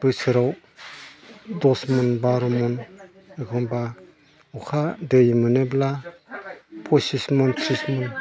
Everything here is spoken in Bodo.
बोसोराव दस मन बार' मन एखमब्ला अखा दै मोनोब्ला फसिस मन त्रिस मन